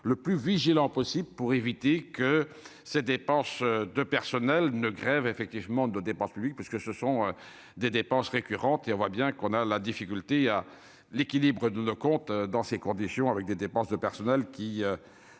le plus vigilants possible pour éviter que ces dépenses de personnel ne grève effectivement de dépenses publiques, parce que ce sont des dépenses récurrentes et on voit bien qu'on a la difficulté à l'équilibre de nos comptes, dans ces conditions, avec des dépenses de personnel qui